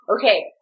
okay